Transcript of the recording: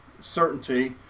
certainty